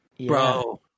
bro